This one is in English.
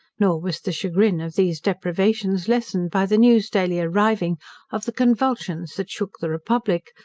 nor was the chagrin of these deprivations lessened by the news daily arriving of the convulsions that shook the republic,